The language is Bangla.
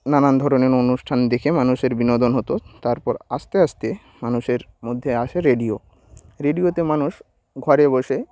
নানান ধরনেন অনুষ্ঠান দেখে মানুষের বিনোদন হতো তারপর আস্তে আস্তে মানুষের মধ্যে আসে রেডিও রেডিওতে মানুষ ঘরে বসে